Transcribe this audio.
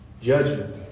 Judgment